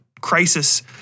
crisis